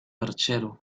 perchero